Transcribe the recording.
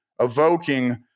evoking